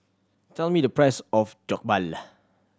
tell me the price of Jokbal